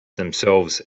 themselves